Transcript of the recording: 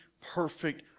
perfect